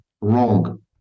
Wrong